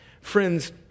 Friends